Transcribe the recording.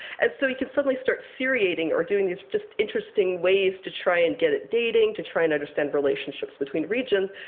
and so you can suddenly start seriating or doing these just interesting ways to try and get it dating, to try to and understand relationships between regions,